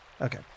Okay